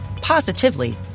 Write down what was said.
positively